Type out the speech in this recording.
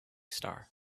star